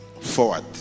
forward